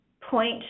point